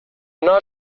not